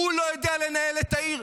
הוא לא יודע לנהל את העיר?